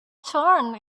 turned